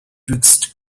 twixt